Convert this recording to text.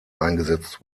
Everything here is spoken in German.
eingesetzt